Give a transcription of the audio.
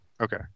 Okay